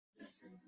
Listen